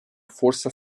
força